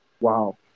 Wow